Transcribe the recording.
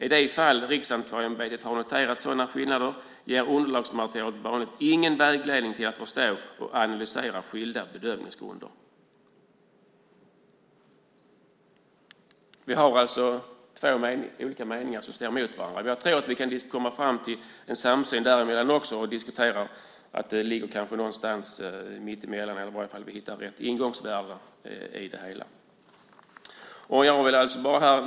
I de fall RAÄ har noterat sådana skillnader ger underlagsmaterialet vanligen ingen vägledning till att förstå och analysera de skilda bedömningsgrunderna." Vi har alltså två olika meningar som står emot varandra. Men jag tror att vi kan komma fram till en samsyn däremellan också. Det ligger kanske någonstans mittemellan, och det kanske går att hitta ett ingångsvärde i det hela.